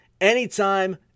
anytime